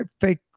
fake